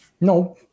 No